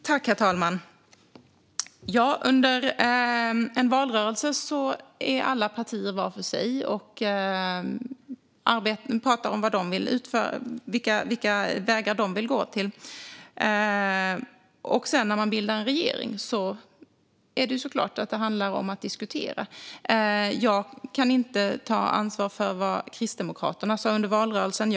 Herr talman! Under en valrörelse agerar alla partier var för sig och pratar om vilka vägar de vill gå. När man sedan bildar regering handlar det såklart om att diskutera. Jag kan inte ta ansvar för vad Kristdemokraterna sa under valrörelsen.